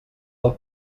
del